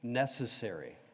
necessary